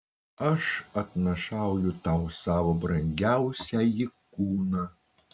aš atnašauju tau savo brangiausiąjį kūną